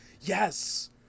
Yes